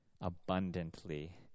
abundantly